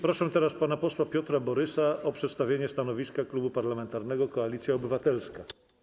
Proszę teraz pana posła Piotra Borysa o przedstawienie stanowiska Klubu Parlamentarnego Koalicja Obywatelska.